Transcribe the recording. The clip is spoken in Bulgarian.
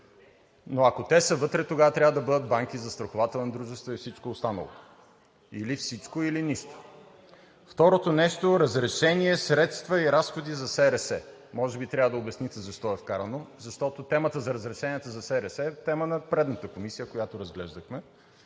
но ако те са вътре, тогава трябва да бъдат банки, застрахователни дружества и всичко останало. Или всичко, или нищо. Второто нещо – разрешение, средства и разходи за СРС. Може би трябва да обясните защо е вкарано, защото темата за разрешенията за СРС е тема на предната комисия, която разглеждахме.